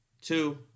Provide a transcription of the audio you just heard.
two